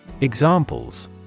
Examples